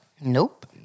Nope